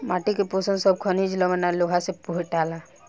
माटी के पोषण सब खनिज, लवण आ लोहा से भेटाला